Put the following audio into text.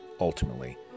ultimately